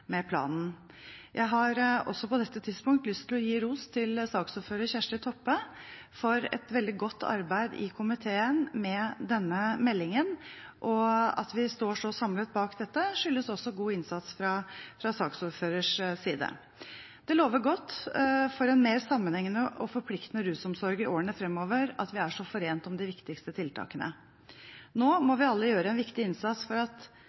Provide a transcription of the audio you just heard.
med planen. Jeg har også på dette tidspunkt lyst til å gi ros til saksordføreren, Kjersti Toppe, for et veldig godt arbeid i komiteen med denne innstillingen. At vi står så samlet bak dette, skyldes også god innsats fra saksordførerens side. Det lover godt for en mer sammenhengende og forpliktende rusomsorg i årene fremover at vi er så forent om de viktigste tiltakene. Nå må vi alle gjøre en viktig innsats for at